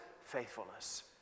faithfulness